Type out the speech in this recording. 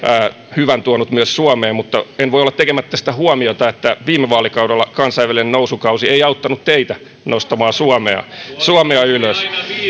hyvän tuonut myös suomeen mutta en voi olla tekemättä sitä huomiota että viime vaalikaudella kansainvälinen nousukausi ei auttanut teitä nostamaan suomea suomea ylös